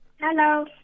Hello